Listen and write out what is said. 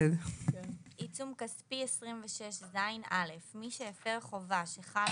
עיצום כספי 26ז. (א)מי שהפר חובה שחלה